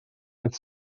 oedd